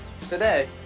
Today